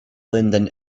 linden